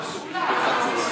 הכחולה.